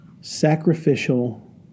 sacrificial